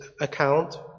account